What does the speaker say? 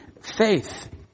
Faith